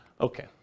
Okay